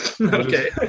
Okay